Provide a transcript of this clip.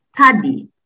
study